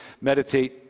Meditate